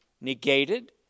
negated